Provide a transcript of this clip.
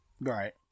Right